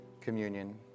communion